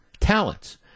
talents